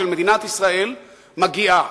של מדינת ישראל מגיעה